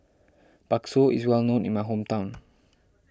Bakso is well known in my hometown